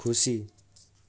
खुसी